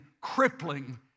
crippling